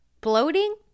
Bloating